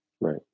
Right